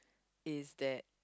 is that